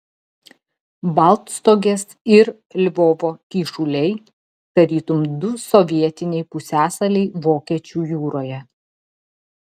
baltstogės ir lvovo kyšuliai tarytum du sovietiniai pusiasaliai vokiečių jūroje